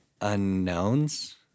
unknowns